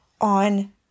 on